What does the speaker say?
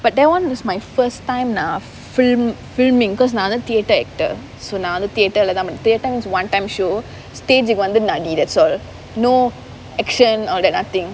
but that [one] was my first time ah fil~ filming because ஏன்னா நான்:yaennaa naan theatre actor so நான் வந்து:naan vanthu theatre means one time show stage க்கு வந்து நான்:kku vanthu naan that's all no action all that nothing